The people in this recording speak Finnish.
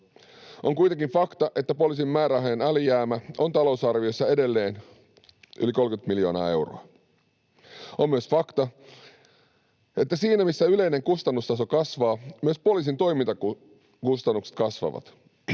On kuitenkin fakta, että poliisin määrärahojen alijäämä on talousarviossa edelleen yli 30 miljoonaa euroa. On myös fakta, että siinä missä yleinen kustannustaso kasvaa, myös poliisin toimintakustannukset kasvavat.